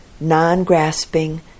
non-grasping